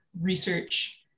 research